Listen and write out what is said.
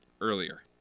earlier